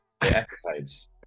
episodes